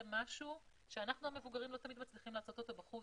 משהו שאנחנו המבוגרים לא מצליחים לעשות אותו בחוץ,